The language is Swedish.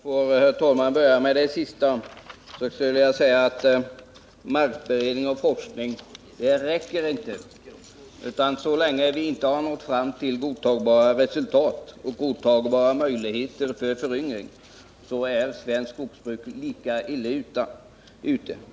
Herr talman! Jag vill börja med att bemöta det sista som Börje Stensson sade. Markberedning och forskning räcker inte. Så länge vi inte har nått fram till godtagbara möjligheter att få till stånd en föryngring, är svenskt skogsbruk illa ute.